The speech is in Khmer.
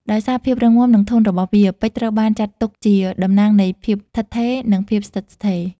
ដោយសារភាពរឹងមាំ និងធន់របស់វា ពេជ្រត្រូវបានចាត់ទុកជាតំណាងនៃភាពឋិតថេរ និងភាពស្ថិតស្ថេរ។